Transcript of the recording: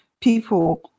people